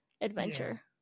adventure